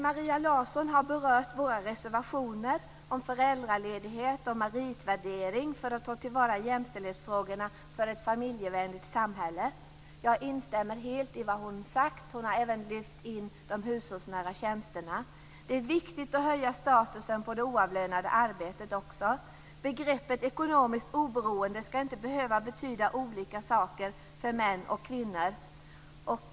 Maria Larsson har berört våra reservationer om föräldraledighet och meritvärdering för att ta till vara jämställdhetsfrågorna för ett familjevänligt samhälle. Jag instämmer helt i det hon har sagt. Hon har även lyft in de hushållsnära tjänsterna. Det är viktigt att höja statusen även på det oavlönade arbetet. Begreppet ekonomiskt oberoende skall inte behöva betyda olika saker för män och kvinnor.